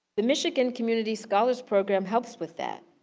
the michigan community scholars program helps with that.